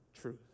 truth